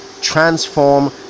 transform